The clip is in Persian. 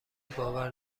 باور